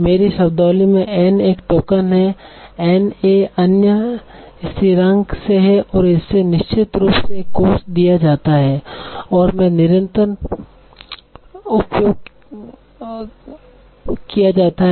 मेरी शब्दावली में N एक टोकन है N A अन्य स्थिरांक से है और इसे निश्चित रूप से एक कोष दिया जाता है और निरंतर में उपयोग किया जाता है